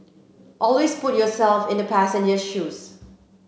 always put yourself in the passenger shoes